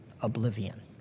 oblivion